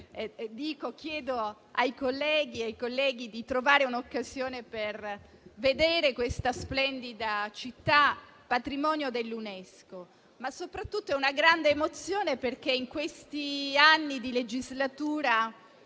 chiedo ai colleghi di trovare un'occasione per vedere questa splendida città, patrimonio dell'UNESCO. Ma soprattutto è una grande emozione perché, in questi anni di legislatura,